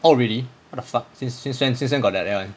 oh really what the fuck since when since when got like that [one]